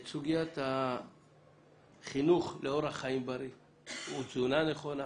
סוגיית החינוך לאורח חיים בריא ותזונה נכונה.